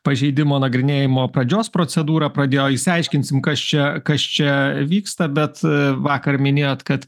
pažeidimo nagrinėjimo pradžios procedūrą pradėjo išsiaiškinsim kas čia kas čia vyksta bet vakar minėjot kad